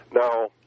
Now